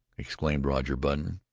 exclaimed roger button,